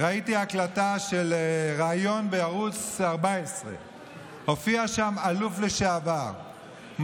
ראיתי הקלטה של ריאיון בערוץ 14. הופיע שם אלוף לשעבר,